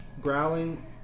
growling